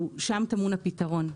טמון בקביעת סטנדרט אחיד.